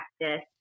practice